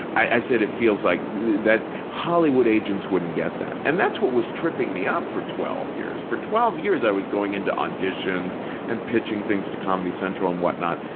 i said, it feels like hollywood agents wouldn't get that. and that's what was tripping me up for twelve years. for twelve years i was going into auditions and pitching things to comedy central and whatnot,